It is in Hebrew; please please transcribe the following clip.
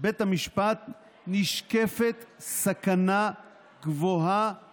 בית המשפט נשקפת סכנה גבוהה